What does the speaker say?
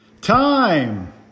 Time